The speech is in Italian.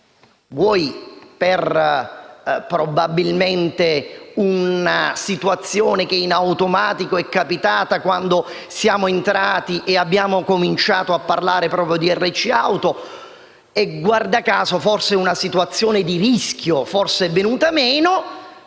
imprese, probabilmente per una situazione che in automatico è capitata quando siamo entrati e abbiamo cominciato a parlare proprio di RC auto e - guarda caso - forse una situazione di rischio è venuta meno,